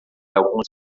alguns